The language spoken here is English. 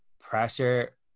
pressure